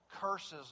Curses